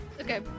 Okay